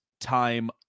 time